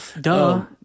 Duh